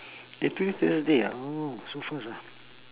eh today thursday ah oh so fast ah